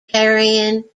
carrying